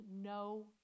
no